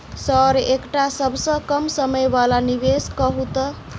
Sir एकटा सबसँ कम समय वला निवेश कहु तऽ?